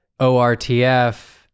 ortf